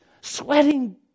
sweating